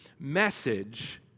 Message